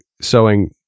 sowing